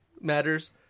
matters